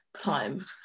time